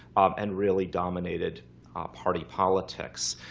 and, really, dominated party politics.